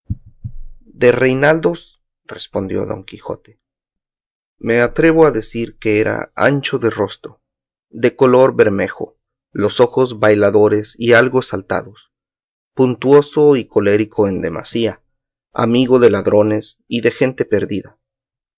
reinaldos respondió don quijote me atrevo a decir que era ancho de rostro de color bermejo los ojos bailadores y algo saltados puntoso y colérico en demasía amigo de ladrones y de gente perdida